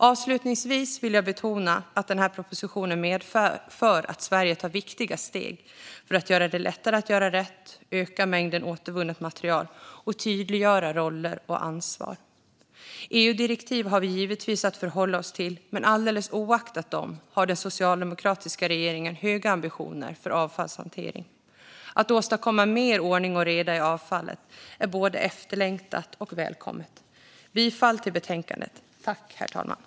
Avslutningsvis vill jag betona att den här propositionen medför att Sverige tar viktiga steg för att göra det lättare att göra rätt, öka mängden återvunnet material och tydliggöra roller och ansvar. EU-direktiv har vi givetvis att förhålla oss till, men alldeles oavsett dem har den socialdemokratiska regeringen höga ambitioner för avfallshantering. Att åstadkomma mer ordning och reda på avfallet är både efterlängtat och välkommet. Jag yrkar bifall till förslaget i betänkandet.